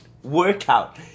Workout